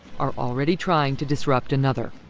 are already trying to disrupt another.